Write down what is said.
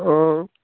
অঁ